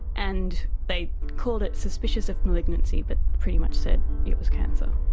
and they called it suspicious of malignancy but pretty much said it was cancer.